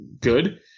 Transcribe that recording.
good